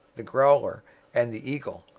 the growler and the eagle,